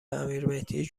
امیرمهدی